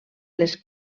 les